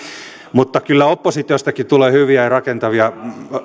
kyllä oppositiostakin tulee hyviä ja rakentavia